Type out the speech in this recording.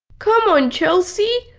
come on chelsea.